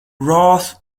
roth